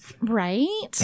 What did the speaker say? right